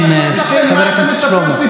מי סתם לך את הפה?